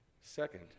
Second